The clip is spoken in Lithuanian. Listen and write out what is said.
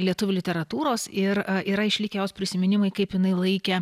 lietuvių literatūros ir yra išlikę jos prisiminimai kaip jinai laikė